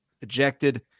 ejected